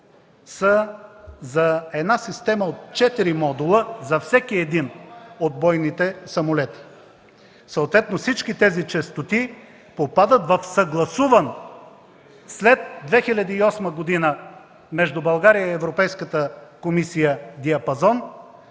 са за една система от четири модула за всеки един от бойните самолети. Съответно всички тези честоти попадат в съгласуван, след 2008 г., между България и Европейската комисия диапазон,